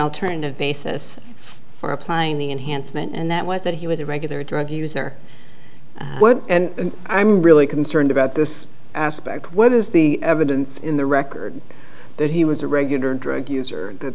alternative basis for applying the enhancement and that was that he was a regular drug user and i'm really concerned about this aspect what is the evidence in the record that he was a regular drug user that